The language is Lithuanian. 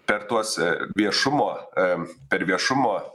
per tuos viešumo per viešumo